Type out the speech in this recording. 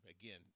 again